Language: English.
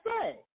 say